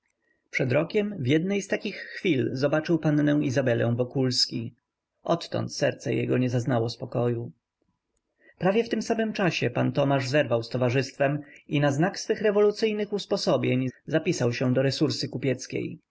przed rokiem w jednej z takich chwil zobaczył pannę izabelę wokulski odtąd serce jego nie zaznało spokoju prawie w tym samym czasie pan tomasz zerwał z towarzystwem i na znak swoich rewolucyjnych usposobień zapisał się do